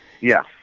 Yes